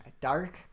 Dark